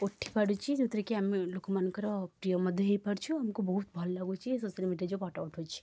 ଉଠିପାରୁଛି ଯେଉଁଥିରେକି ଆମେ ଲୋକମାନଙ୍କର ପ୍ରିୟ ମଧ୍ୟ ହେଇପାରୁଛୁ ଆମକୁ ବହୁତ ଭଲ ଲାଗୁଛି ସୋସିଆଲ୍ ମିଡ଼ିଆରେ ଯେଉଁ ଫଟୋ ଉଠୁଛି